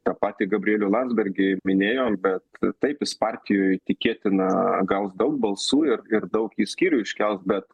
tą patį gabrielių landsbergį minėjom bet taip jis partijoj tikėtina gaus daug balsų ir ir daug jį skyrių iškels bet